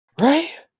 Right